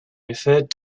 referred